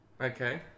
okay